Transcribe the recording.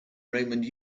raymond